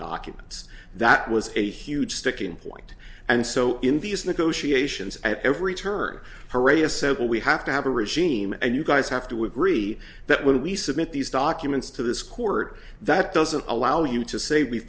documents that was a huge sticking point and so in these negotiations at every turn heredia said well we have to have a regime and you guys have to agree that when we submit these documents to this court that doesn't allow you to say we